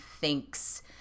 thinks –